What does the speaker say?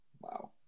Wow